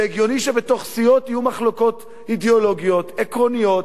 זה הגיוני שבתוך סיעות יהיו מחלוקות אידיאולוגיות עקרוניות,